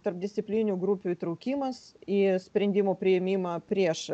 tarpdisciplininių grupių įtraukimas į sprendimų priėmimą prieš